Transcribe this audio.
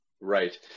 Right